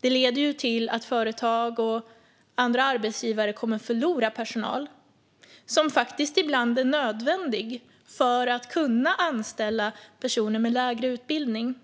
det leder till att företag och andra arbetsgivare förlorar personal som ibland faktiskt är nödvändig för att man ska kunna anställa personer med lägre utbildning.